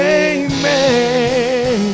amen